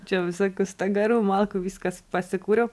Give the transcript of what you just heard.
čia visokių stagarų malkų viskas pasikūriau